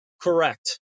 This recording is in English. Correct